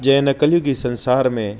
जंहिं हिन कलयुगी संसार में